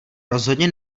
rozhodně